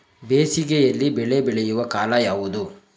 ಬೇಸಿಗೆ ಯಲ್ಲಿ ಬೆಳೆ ಬೆಳೆಯುವ ಕಾಲ ಯಾವುದು?